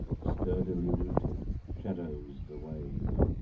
sturdily rooted, shadows the wave.